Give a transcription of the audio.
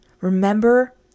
Remember